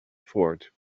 fort